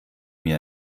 mir